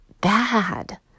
bad